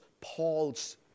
Paul's